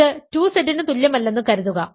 ഇത് 2Z ന് തുല്യമല്ലെന്ന് കരുതുക